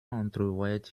entrevoyait